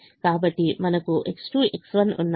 కాబట్టి మనకు X2 X1ఉన్నాయి